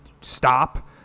stop